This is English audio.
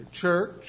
church